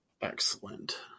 Excellent